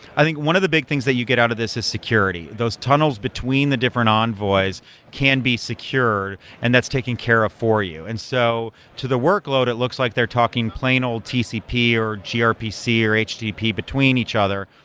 i think one of the big things that you get out of this is security, those tunnels between the different envoys can be secure and that's taking care of for you. and so to the workload, it looks like they're talking plain old tcp or grpc or hdp between each other,